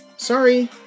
Sorry